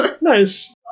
Nice